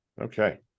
Okay